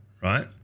right